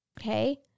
Okay